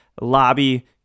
lobby